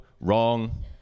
wrong